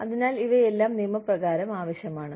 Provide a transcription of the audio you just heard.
അതിനാൽ ഇവയെല്ലാം നിയമപ്രകാരം ആവശ്യമാണ്